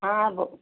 हाँ वो